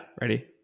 ready